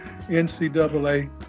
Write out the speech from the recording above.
NCAA